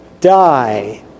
die